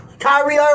Kyrie